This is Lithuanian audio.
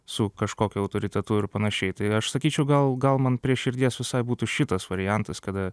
su kažkokiu autoritetu ir panašiai tai aš sakyčiau gal gal man prie širdies visai būtų šitas variantas kada